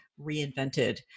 reinvented